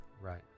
Right